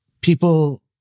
people